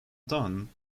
done